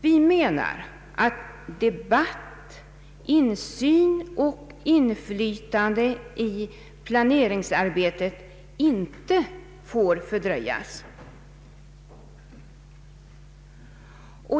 Vi anser att debatt, insyn och inflytande i planeringsarbetet inte får fördröjas.